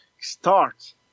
start